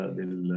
del